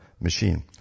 machine